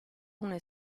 una